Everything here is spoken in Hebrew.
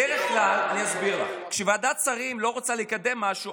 בדרך כלל כשוועדת שרים לא רוצה לקדם משהו,